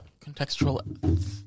Contextual